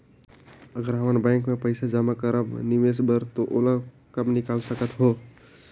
अगर हमन बैंक म पइसा जमा करब निवेश बर तो ओला कब निकाल सकत हो?